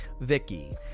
Vicky